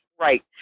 right